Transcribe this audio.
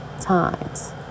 times